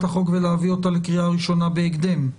החוק ולהביא אותה לקריאה ראשונה בהקדם.